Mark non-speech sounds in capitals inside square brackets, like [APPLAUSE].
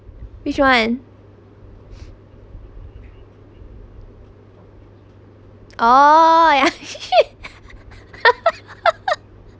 which one oh yeah [LAUGHS]